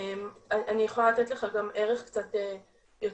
אני יכולה לתת לך גם ערך יותר כספי,